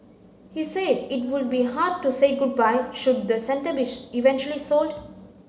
he said it would be hard to say goodbye should the centre be eventually sold